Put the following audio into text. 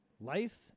life